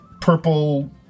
purple